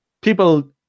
people